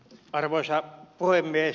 arvoisa puhemies